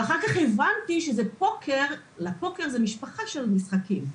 אחר כך הבנתי שבפוקר יש משפחה של משחקים.